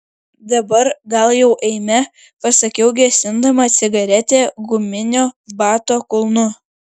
dabar gal jau eime pasakiau gesindama cigaretę guminio bato kulnu